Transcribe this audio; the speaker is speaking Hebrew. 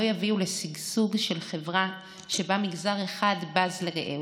יביאו לשגשוג של חברה שבה מגזר אחד בז לרעהו,